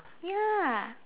ya